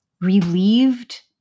relieved